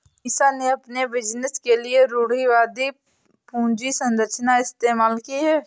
अमीषा ने अपने बिजनेस के लिए रूढ़िवादी पूंजी संरचना इस्तेमाल की है